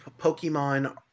Pokemon